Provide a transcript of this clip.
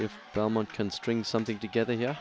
if someone can string something together